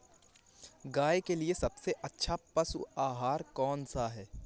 गाय के लिए सबसे अच्छा पशु आहार कौन सा है?